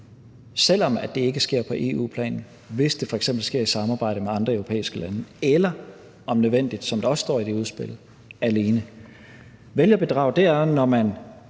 selv om det ikke sker på EU-plan, hvis det f.eks. sker i samarbejde med andre europæiske lande eller om nødvendigt, som der også står i det udspil, alene. Vælgerbedrag er, når man